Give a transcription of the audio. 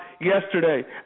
yesterday